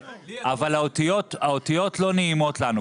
האותיות לא נעימות לנו.